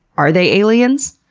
are they aliens?